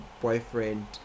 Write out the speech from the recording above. boyfriend